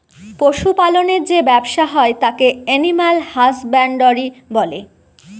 পশু পালনের যে ব্যবসা হয় তাকে এলিম্যাল হাসব্যানডরই বলে